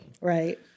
Right